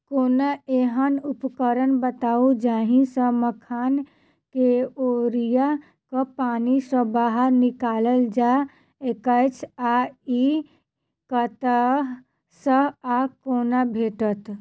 कोनों एहन उपकरण बताऊ जाहि सऽ मखान केँ ओरिया कऽ पानि सऽ बाहर निकालल जा सकैच्छ आ इ कतह सऽ आ कोना भेटत?